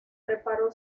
preparó